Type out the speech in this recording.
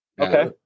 Okay